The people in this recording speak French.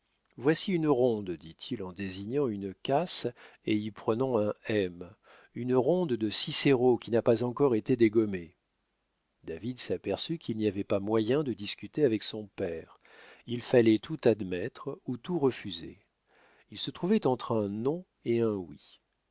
voici une ronde dit-il en désignant une casse et y prenant un m une ronde de cicéro qui n'a pas encore été dégommée david s'aperçut qu'il n'y avait pas moyen de discuter avec son père il fallait tout admettre ou tout refuser il se trouvait entre un non et un oui